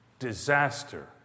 disaster